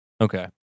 Okay